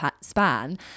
span